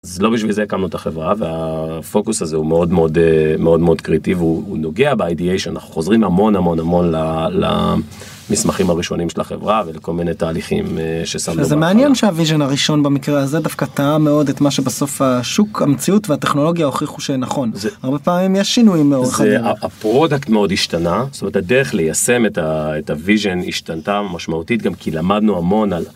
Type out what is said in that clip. זה לא בשביל זה קמנו את החברה והפוקוס הזה הוא מאוד מאוד מאוד מאוד קריטי והוא נוגע בideation אנחנו חוזרים המון המון המון למסמכים הראשונים של החברה ולכל מיני תהליכים שיש לנו מעניין שהוויז'ן הראשון במקרה הזה דווקא תאם מאוד את מה שבסוף השוק המציאות והטכנולוגיה הוכיחו שנכון זה הרבה פעמים יש שינויים מאוד חדים. הפרודקט מאוד השתנה זאת אומרת הדרך ליישם את הוויז'ן השתנתה משמעותית גם כי למדנו המון על.